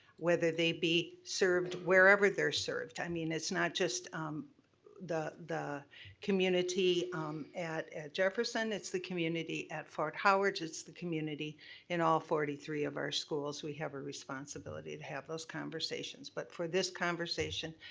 whether they be served, wherever they're served. i mean, it's not just the the community at jefferson, it's the community at fort howard's, it's the community in all forty three of our schools. we have a responsibility to have those conversations but for this conversation,